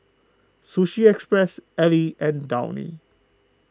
Sushi Express Elle and Downy